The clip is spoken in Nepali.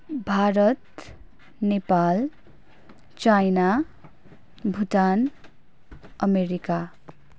Bharat Nepal China Bhutan America